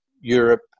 Europe